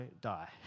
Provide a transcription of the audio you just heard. die